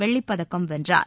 வெள்ளிப்பதக்கம் வென்றார்